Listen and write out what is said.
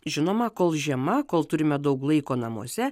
žinoma kol žiema kol turime daug laiko namuose